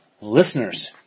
listeners